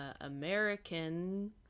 American